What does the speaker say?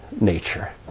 nature